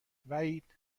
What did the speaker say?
وحید